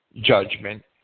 judgment